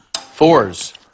fours